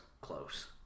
close